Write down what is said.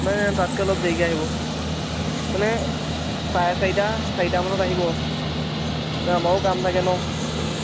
নাই নাই নাই তাতকৈ অলপ দেৰিকৈ আহিব মানে চাৰে চাৰিটা চাৰিটামানত আহিব আমাৰো কাম থাকে ন